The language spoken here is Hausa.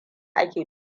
ake